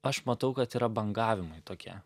aš matau kad yra bangavimai tokie